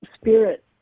spirit